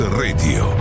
radio